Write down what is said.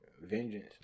vengeance